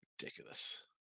Ridiculous